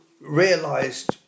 realised